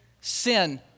sin